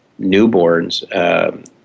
newborns